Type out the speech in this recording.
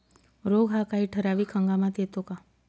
रोग हा काही ठराविक हंगामात येतो का?